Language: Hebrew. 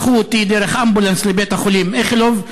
לקחו אותי באמבולנס לבית-החולים איכילוב,